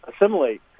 assimilate